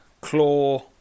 claw